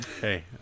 Hey